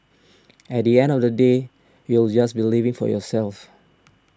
at the end of the day you'll just be living for yourself